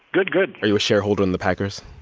good, good are you a shareholder in the packers?